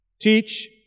teach